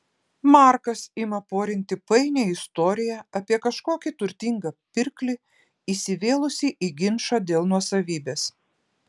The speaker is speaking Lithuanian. markas ima porinti painią istoriją apie kažkokį turtingą pirklį įsivėlusį į ginčą dėl nuosavybės